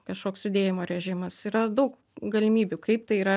kažkoks judėjimo režimas yra daug galimybių kaip tai yra